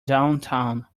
downtown